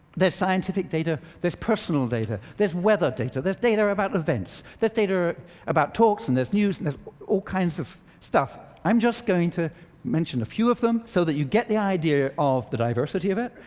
there's scientific data, there's personal data, there's weather data, there's data about events, there's data about talks, and there's news and there's all kinds of stuff. i'm just going to mention a few of them so that you get the idea of the diversity of it,